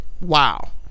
wow